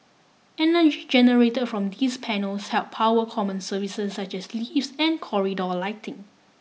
energy generate from these panels help power common services such as lifts and corridor lighting